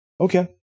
Okay